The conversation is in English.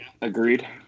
agreed